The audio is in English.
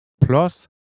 plus